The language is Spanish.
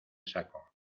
saco